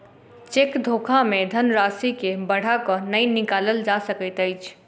cheque धोखा मे धन राशि के बढ़ा क नै निकालल जा सकैत अछि